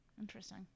Interesting